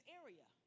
area